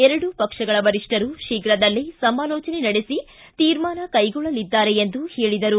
ಎರಡೂ ಪಕ್ಷಗಳ ವರಿಷ್ಠರೂ ಶೀಘ್ರದಲ್ಲೇ ಸಮಾಲೋಚನೆ ನಡೆಸಿ ತೀರ್ಮಾನ ಕೈಗೊಳ್ಳಲಿದ್ದಾರೆ ಎಂದು ಹೇಳಿದರು